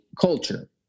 culture